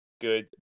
Good